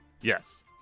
Yes